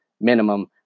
minimum